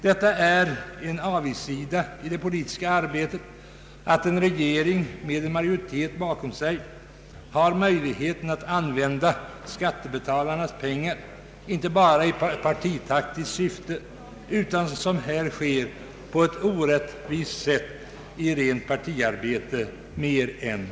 Det är en avigsida i det politiska arbetet att regeringspartiet med en majoritet bakom sig mer än andra partier har möjlighet att använda skattebetalarnas pengar, inte bara i partitaktiskt syfte utan på ett orättvist sätt i rent partiarbete.